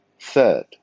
Third